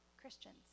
Christians